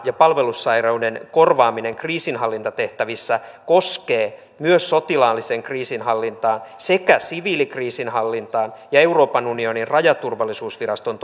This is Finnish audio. ja palvelussairauden korvaaminen kriisinhallintatehtävissä koskee myös sotilaalliseen kriisinhallintaan sekä siviilikriisinhallintaan ja euroopan unionin rajaturvallisuusviraston